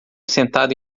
sentada